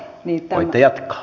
voitte jatkaa